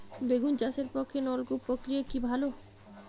বেগুন চাষের পক্ষে নলকূপ প্রক্রিয়া কি ভালো?